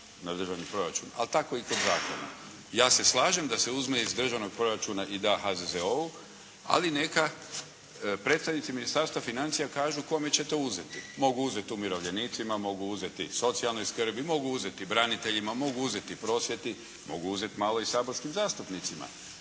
na državni proračun, ali tako i kod zakona. Ja se slažem da se uzme iz državnog proračuna i da HZZO-u, ali neka predstavnici Ministarstva financija kažu kome će to uzeti. Mogu uzeti umirovljenicima, mogu uzeti socijalnoj skrbi, mogu uzeti braniteljima, mogu uzeti prosvjeti, mogu uzeti malo i saborskim zastupnicima.